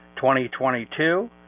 2022